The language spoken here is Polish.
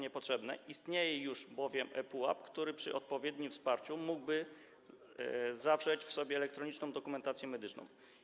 Istnieje już bowiem ePUAP, który przy odpowiednim wsparciu mógłby zawrzeć w sobie elektroniczną dokumentację medyczną.